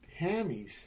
hammies